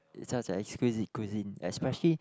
it's such an exquisite cuisine especially